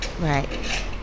right